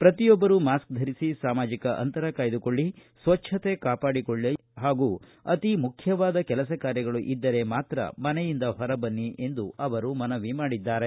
ಪ್ರತಿಯೊಬ್ಬರೂ ಮಾಸ್ಕ ಧರಿಸಿ ಸಾಮಾಜಿಕ ಅಂತರ ಕಾಯ್ದುಕೊಳ್ಳಿ ಸ್ವಜ್ವತೆ ಕಾಪಾಡಿಕೊಳ್ಳಿ ಹಾಗೂ ಅತಿ ಮುಖ್ಯವಾದ ಕೆಲಸ ಕಾರ್ಯಗಳು ಇದ್ದರೆ ಮಾತ್ರ ಮನೆಯಿಂದ ಹೊರ ಬನ್ನಿ ಎಂದು ಅವರು ಮನವಿ ಮಾಡಿದ್ದಾರೆ